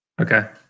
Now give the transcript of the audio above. Okay